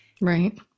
Right